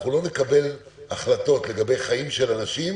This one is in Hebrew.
אנחנו לא נקבל החלטות לגבי חיים של אנשים,